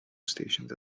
stations